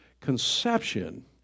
conception